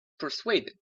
persuaded